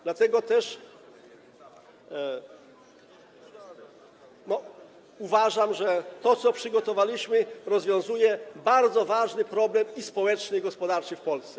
Dlatego też uważam, że to, co przygotowaliśmy, rozwiązuje bardzo ważny problem społeczny i gospodarczy w Polsce.